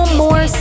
more